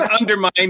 undermine